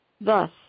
Thus